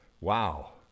Wow